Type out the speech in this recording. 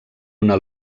una